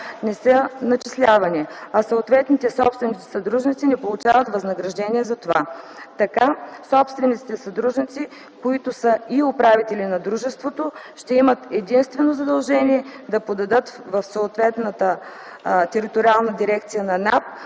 не са начислявани, а съответните собственици / съдружници не получават възнаграждение за това. Така собствениците / съдружниците, които са и управители на дружеството, ще имат единствено задължение да подадат в съответната териториална дирекция на НАП